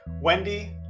Wendy